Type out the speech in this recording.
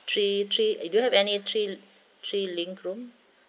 three three you don't have any three three linked groom